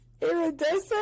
Iridescent